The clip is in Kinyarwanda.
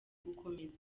gukomeza